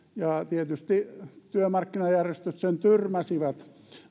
ja tietysti työmarkkinajärjestöt sen tyrmäsivät